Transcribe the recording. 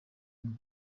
imwe